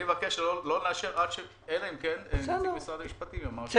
אני מבקש שלא נאשר אלא אם כן נציג משרד המשפטים יאמר שאפשר.